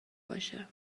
باشه